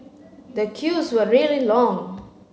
the queues were really long